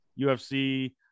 UFC